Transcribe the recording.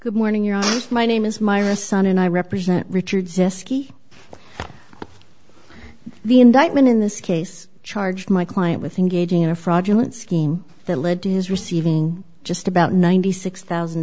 good morning your my name is myra sun and i represent richard's risky the indictment in this case charged my client with engaging in a fraudulent scheme that led to his receiving just about ninety six thousand